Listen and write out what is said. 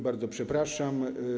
Bardzo przepraszam.